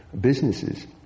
businesses